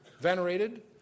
venerated